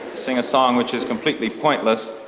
sing a song which is completely pointless,